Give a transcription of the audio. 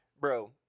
Bro